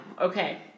Okay